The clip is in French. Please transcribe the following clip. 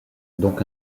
donc